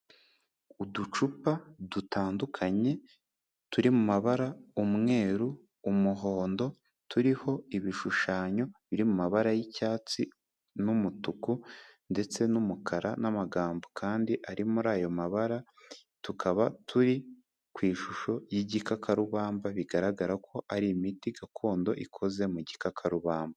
Uducupa dutandukanye turi mu mabara umweru, umuhondo, turiho ibishushanyo biri mu mabara y'icyatsi n'umutuku ndetse n'umukara n'amagambo kandi ari muri ayo mabara. Tukaba turi ku ishusho y'igikakarubamba bigaragara ko ari imiti gakondo ikoze mu gikakarubamba.